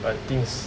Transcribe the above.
but the thing is